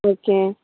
okay